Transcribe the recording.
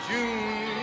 June